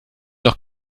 noch